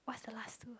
what's the last two